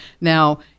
now